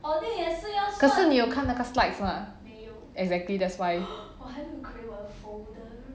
可是你有看那个 slides mah exactly that's why